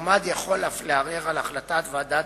המועמד יכול אף לערער על החלטת ועדת